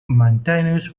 mountainous